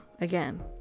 again